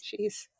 Jeez